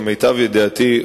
למיטב ידיעתי,